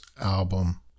album